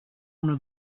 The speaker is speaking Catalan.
una